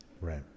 right